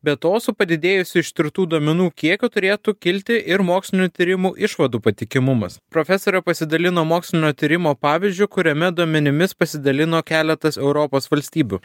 be to su padidėjusiu ištirtų duomenų kiekio turėtų kilti ir mokslinių tyrimų išvadų patikimumas profesorė pasidalino mokslinio tyrimo pavyzdžiu kuriame duomenimis pasidalino keletas europos valstybių